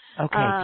Okay